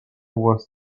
was